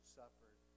suffered